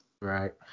Right